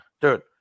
Dude